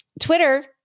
Twitter